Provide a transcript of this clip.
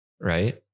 Right